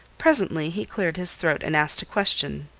presently he cleared his throat and asked a question.